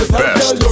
best